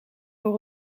voor